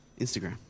Instagram